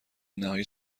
نهایی